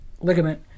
ligament